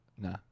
No